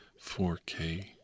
4K